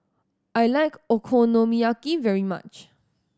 I like Okonomiyaki very much